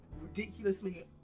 ridiculously